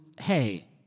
hey